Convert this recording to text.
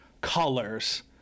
colors